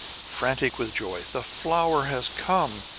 frantic with joy. the flower has come!